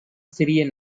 சிறிய